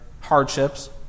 hardships